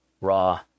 Raw